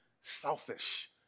selfish